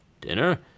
Dinner